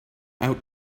out